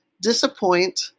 disappoint